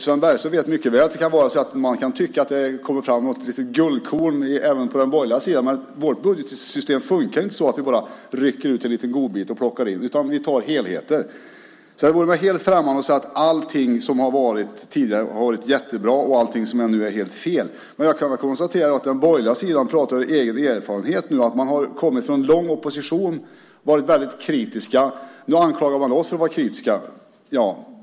Sven Bergström vet mycket väl att det kan vara så att man tycker att det kommer fram något litet guldkorn även på den borgerliga sidan, men vårt budgetsystem funkar inte så att vi kan rycka ut någon liten godbit och plocka in, utan vi tar helheter. Det vore mig helt främmande att säga att allting som har varit tidigare har varit jättebra och att allting som är nu är helt fel. Men jag kan konstatera att den borgerliga sidan pratar av egen erfarenhet nu. Man har kommit från en lång tid av opposition och har varit väldigt kritisk. Nu anklagar man oss för att vara kritiska.